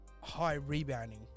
high-rebounding